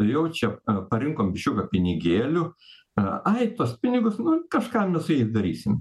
jau čia parinkom biškiuką pinigėlių ai tuos pinigus kažką mes su jais darysim